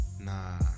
Nah